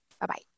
Bye-bye